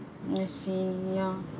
I see ya